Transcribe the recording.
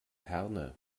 herne